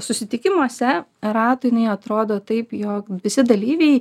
susitikimuose ratui jinai atrodo taip jog visi dalyviai